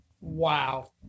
Wow